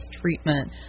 treatment